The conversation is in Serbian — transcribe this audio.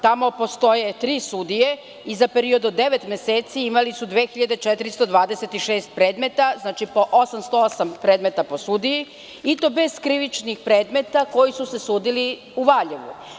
Tamo postoje tri sudije i za period od devet meseci imali su 2.426 predmeta, odnosno 808 predmeta po sudiji, i to bez krivičnih predmeta koji su se sudili u Valjevu.